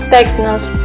Technos